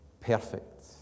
perfect